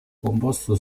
composto